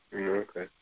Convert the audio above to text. Okay